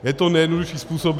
Je to nejjednodušší způsob.